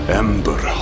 ember